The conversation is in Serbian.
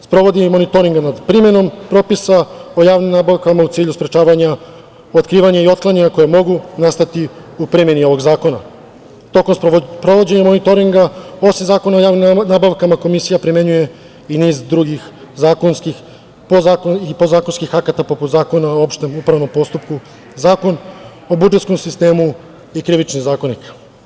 Sprovodi i monitoringe nad primenom propisa o javnim nabavkama u cilju sprečavanja, otkrivanja i otklanjanja koje mogu nastati u primeni ovog zakona, i tokom sprovođenja monitoringa, osim Zakona o javnim nabavkama, Komisija primenjuje i niz drugih zakonskih i podzakonskih akata, poput Zakona o opštem upravnom postupku, Zakon o budžetskom sistemu i Krivični zakonik.